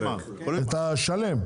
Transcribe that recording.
את השלם.